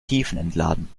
tiefentladen